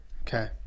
Okay